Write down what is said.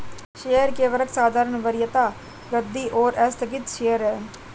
शेयरों के वर्ग साधारण, वरीयता, वृद्धि और आस्थगित शेयर हैं